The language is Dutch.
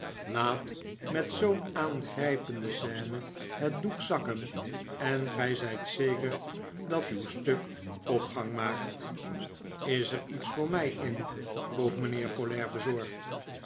laat met zoo'n aangrijpende scene het doek zakken en gij zijt zeker dat uw stuk opgang maakt is er iets voor mij in vroeg mijnheer folair bezorgd